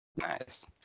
Nice